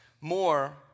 more